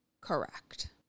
correct